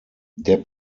der